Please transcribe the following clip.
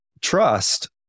trust